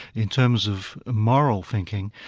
in terms of moral thinking,